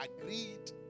agreed